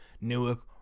Newark